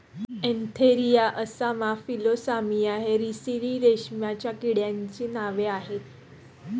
Antheraea असामा फिलोसामिया हे रिसिनी रेशीमच्या किड्यांचे नाव आह